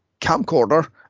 camcorder